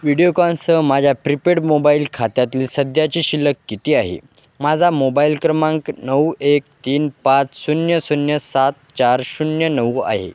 विडिओकॉनसह माझ्या prepaid mobile खात्यातील सध्याची शिल्लक किती आहे माझा मोबाइल क्रमांक नऊ एक तीन पाच शून्य शून्य सात चार शून्य नऊ आहे